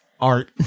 art